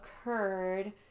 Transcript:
occurred